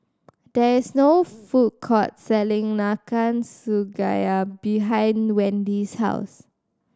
there is no food court selling Nanakusa Gayu behind Wendy's house